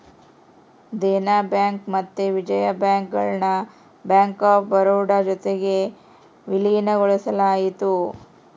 Dena bank ಮತ್ತೆ Vijaya bank ಗುಳ್ನ bank of Baroda ಜೊತಿಗೆ ವಿಲೀನಗೊಳಿಸಲಾಯಿತು